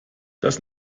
das